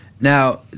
Now